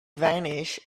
vanished